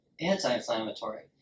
anti-inflammatory